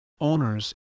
Owners